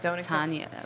tanya